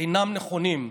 אינם נכונים.